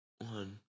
one